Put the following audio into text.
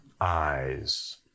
eyes